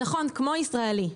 נכון, כמו ישראלי.